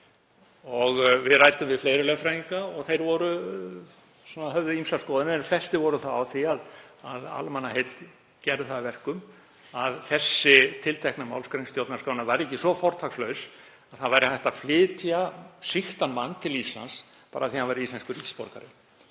Við ræddum við fleiri lögfræðinga og þeir höfðu ýmsar skoðanir en flestir voru á því að almannaheill gerði það að verkum að þessi tiltekna málsgrein stjórnarskrárinnar væri ekki svo fortakslaus að það væri hægt að flytja sýktan mann til Íslands bara af því hann væri íslenskur ríkisborgari.